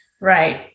Right